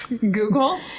Google